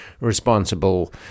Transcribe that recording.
responsible